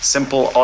Simple